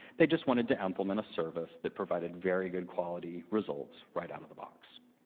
they just wanted to implement a service that provided very good quality results right out of the box.